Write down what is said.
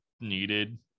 needed